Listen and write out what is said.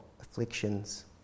afflictions